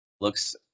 looks